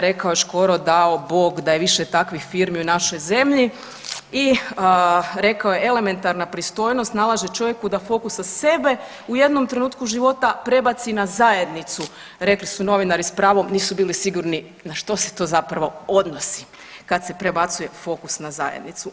Rekao je Škoro dao Bog da je više takvih firmi u našoj zemlji i rekao je elementarna pristojnost nalaže čovjeku da fokus sa sebe u jednom trenutku života prebaci na zajednicu, rekli su novinari s pravom nisu bili sigurni na što se to zapravo odnosi, kad se prebacuje fokus na zajednicu.